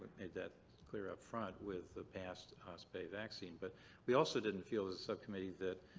that clear up front with the past ospa vaccine, but we also didn't feel as a subcommittee that.